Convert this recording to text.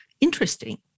interesting